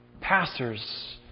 pastors